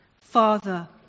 Father